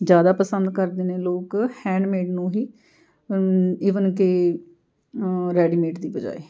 ਜ਼ਿਆਦਾ ਪਸੰਦ ਕਰਦੇ ਨੇ ਲੋਕ ਹੈਂਡਮੇਡ ਨੂੰ ਹੀ ਇਵਨ ਕਿ ਰੈਡੀਮੇਟ ਦੀ ਬਜਾਏ